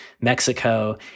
Mexico